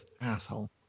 asshole